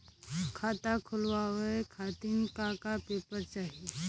खाता खोलवाव खातिर का का पेपर चाही?